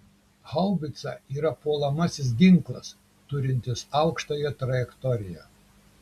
haubica yra puolamasis ginklas turintis aukštąją trajektoriją